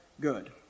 good